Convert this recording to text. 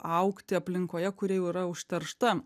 augti aplinkoje kuri jau yra užteršta